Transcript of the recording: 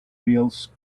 feels